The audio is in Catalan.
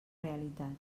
realitat